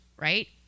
right